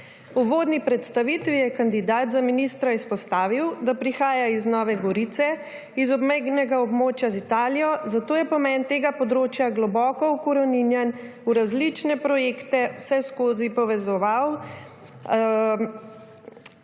V uvodni predstavitvi je kandidat za ministra izpostavil, da prihaja iz Nove Gorice, iz obmejnega območja z Italijo, zato je pomen tega področja globoko ukoreninjen v njegovo razumevanje sveta.